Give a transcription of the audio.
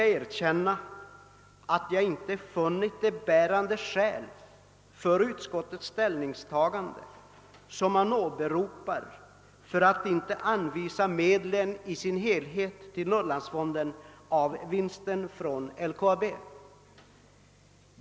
Dock har jag inte funnit sådana bärande skäl föreligga för utskottets ställ ningstagande som åberopats för att inte medlen i sin helhet skall anvisas till Norrlandsfonden genom avsättningar av vinsten från LKAB.